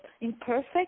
imperfect